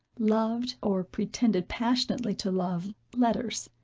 loved, or pretended passionately to love, letters.